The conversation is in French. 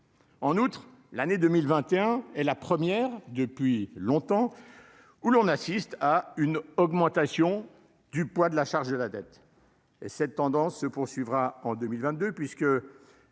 En outre, l'année 2021 et la première depuis longtemps où l'on assiste à une augmentation du poids de la charge de la dette, et cette tendance se poursuivra en 2022 puisque